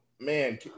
man